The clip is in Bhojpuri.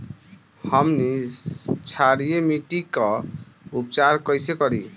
हमनी क्षारीय मिट्टी क उपचार कइसे करी?